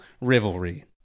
Rivalry